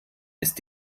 ist